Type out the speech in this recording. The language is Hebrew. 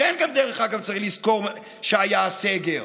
דרך אגב, צריך לזכור שלכן היה הסגר.